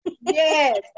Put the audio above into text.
Yes